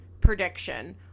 prediction